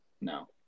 No